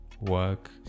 work